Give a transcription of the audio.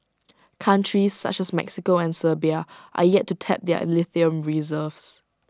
countries such as Mexico and Serbia are yet to tap their lithium reserves